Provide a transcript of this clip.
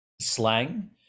slang